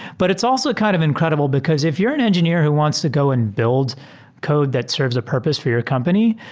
but it's also kind of incredible, because if you're an engineer who wants to go and build code that serves a purpose for your company,